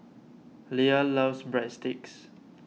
Lea loves Breadsticks